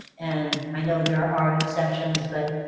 and i know there are exceptions, but,